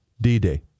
D-Day